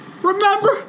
Remember